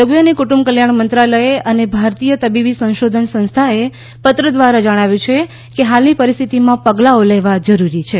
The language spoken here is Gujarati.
આરોગ્ય અને કુંટુંબ કલ્યાણ મંત્રાલયે અને ભારતીય તબીબી સંશોધન સંસ્થાએ પત્ર દ્રારા જણાવ્યું છે કે હાલની પરિસ્થિતિમાં પગલાંઓ લેવા જરૂરી છે